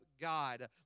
God